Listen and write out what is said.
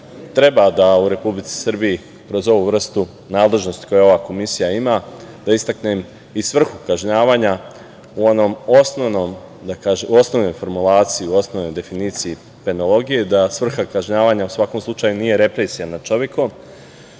treba da u Republici Srbiji kroz ovu vrstu nadležnosti koje ova komisija ima, da istaknem i svrhu kažnjavanja u onom osnovnom, da kažem, u osnovnoj formulaciji, u osnovnoj definiciji penologiji, da svrha kažnjavanja u svakom slučaju nije represija nad čovekom,